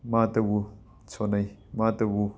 ꯃꯥꯇꯕꯨ ꯁꯣꯟꯅꯩ ꯃꯥꯇꯕꯨ